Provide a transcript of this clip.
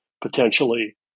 potentially